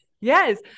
Yes